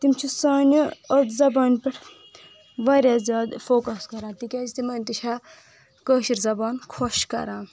تِم چھِ سانہِ أتھۍ زَبانہِ پٮ۪ٹھ واریاہ زیادٕ فوکس کران تکیٚازِ تِمن تہِ چھےٚ کٲشِر زَبان خۄش کران